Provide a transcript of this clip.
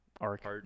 arc